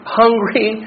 hungry